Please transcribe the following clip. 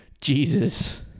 Jesus